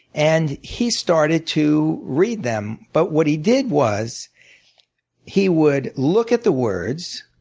and he started to read them. but what he did was he would look at the words,